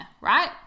right